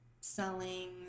selling